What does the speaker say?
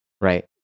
right